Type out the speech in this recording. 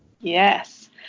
Yes